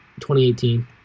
2018